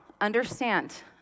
understand